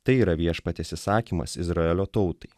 tai yra viešpaties įsakymas izraelio tautai